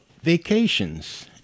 vacations